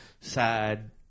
sad